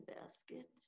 basket